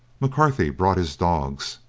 mccarthy brought his dogs,